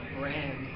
brand